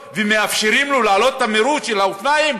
ומאפשרים לו להעלות את המהירות של האופניים